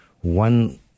one